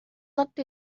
looked